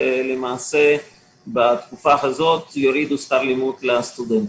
ולמעשה בתקופה הזו יורידו שכר לימוד לסטודנט